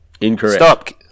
Incorrect